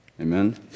Amen